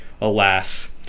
alas